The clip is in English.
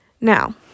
Now